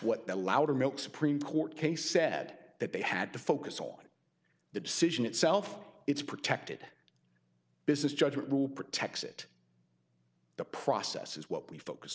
what the loudermilk supreme court case said that they had to focus on the decision itself it's protected business judgment rule protects it the process is what we focus